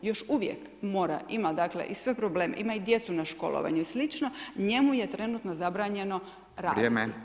Još uvije mora, ima dakle, i sve probleme, ima i djecu na školovanju i slično, njemu je trenutno zabranjeno raditi.